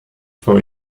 for